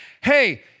hey